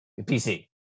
PC